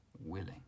willing